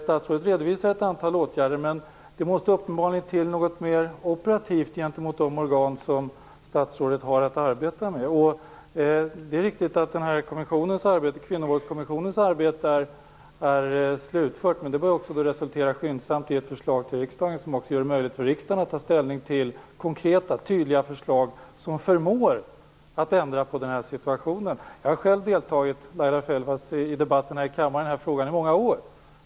Statsrådet redovisar ett antal åtgärder, men det måste uppenbarligen till något ner operativt gentemot de organ som statsrådet har att arbeta med. Det är riktigt att Kvinnovåldskommissionens arbete är slutfört, men det bör skyndsamt resultera i ett förslag till riksdagen, som också gör det möjligt för riksdagen att ta ställning till konkreta tydliga förslag med vilka man förmår att ändra på situationen. Laila Freivalds! Jag har själv deltagit i debatterna i kammaren kring den här frågan under många år.